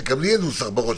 גם לי אין נוסח בראש,